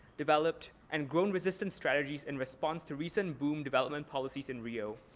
developed, and grown resistant strategies in response to recent boom development policies in rio.